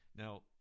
Now